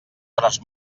hores